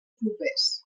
propers